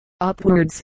upwards